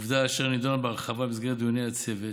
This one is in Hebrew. עובדה אשר נדונה בהרחבה במסגרת דיוני הצוות,